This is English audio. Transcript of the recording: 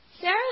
Sarah